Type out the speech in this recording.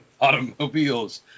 automobiles